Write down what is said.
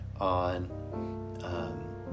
on